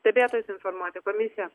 stebėtojus informuoti komisiją